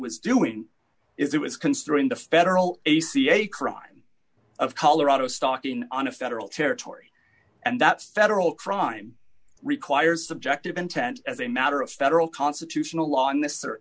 was doing is it was considering the federal ac a crime of colorado stalking on a federal territory and that's federal crime requires subjective intent as a matter of federal constitutional law in this or